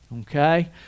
okay